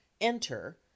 enter